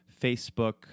Facebook